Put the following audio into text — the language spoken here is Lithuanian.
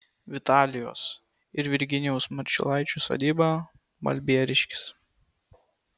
vitalijos ir virginijaus marčiulaičių sodyba balbieriškis